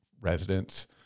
residents